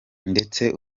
ndetse